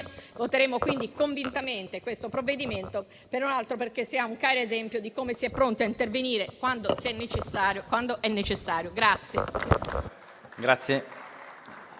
voteremo quindi convintamente questo provvedimento, se non altro perché sia un chiaro esempio di come siamo pronti a intervenire, quando è necessario.